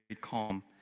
calm